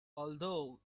although